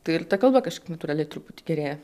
tai ir ta kalba kažkaip natūraliai truputį gerėja